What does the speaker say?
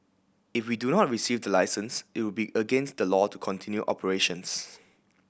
if we do not receive the licence it would be against the law to continue operations